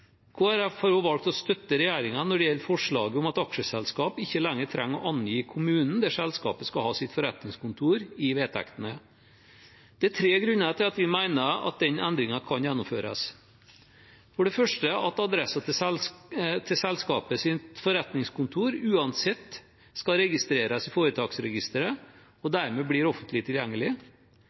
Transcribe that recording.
har også valgt å støtte regjeringen når det gjelder forslaget om at aksjeselskap ikke lenger trenger å angi kommunen der selskapet skal ha sitt forretningskontor, i vedtektene. Det er tre grunner til at vi mener at den endringen kan gjennomføres: For det første skal adressen til selskapets forretningskontor uansett registreres i Foretaksregisteret og blir dermed offentlig tilgjengelig.